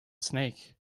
snake